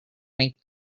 make